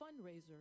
fundraiser